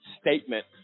statement